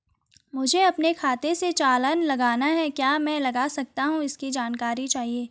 मुझे अपने खाते से चालान लगाना है क्या मैं लगा सकता हूँ इसकी जानकारी चाहिए?